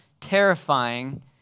terrifying